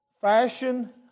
Fashion